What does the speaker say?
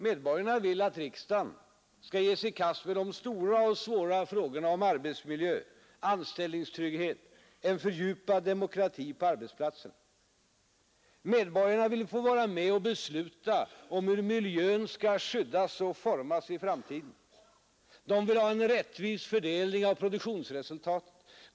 Medborgarna vill att riksdagen skall ge sig i kast med de stora och svåra frågorna om arbetsmiljö, anställningstrygghet, en fördjupad demokrati på arbetsplatsen. Medborgarna vill få vara med och besluta om hur miljön skall skyddas och formas i framtiden. De vill ha en rättvis fördelning av produktionsresultatet.